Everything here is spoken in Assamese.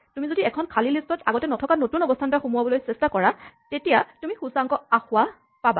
তুমি যদি এখন খালী লিষ্টত আগতে নথকা নতুন অৱস্হান এটা সোমোৱাবলৈ চেষ্টা কৰা তেতিয়া তুমি সূচাংক আসোঁৱাহ পাবা